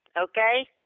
okay